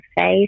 face